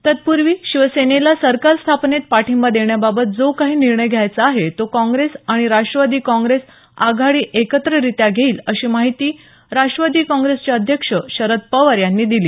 तत्पूर्वी शिवसेनेला सरकार स्थापनेत पाठिंबा देण्याबाबत जो काही निर्णय घ्यायचा आहे तो कॉंग्रेस आणि राष्टवादी कॉंग्रेस आघाडी एकत्ररित्या घेईल अशी माहिती राष्टवादी काँग्रेसचे अध्यक्ष शरद पवार यांनी दिली